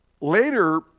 Later